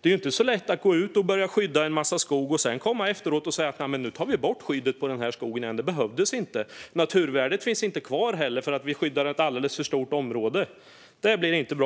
Det är ju inte så lätt att gå ut och börja skydda en massa skog och sedan komma efteråt och säga: "Nu tar vi bort skyddet på den här skogen igen, för det behövdes inte - och naturvärdet finns inte heller kvar, för vi skyddar ett alldeles för stort område." Det blir inte bra.